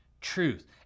truth